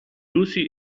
usi